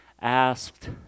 asked